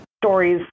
stories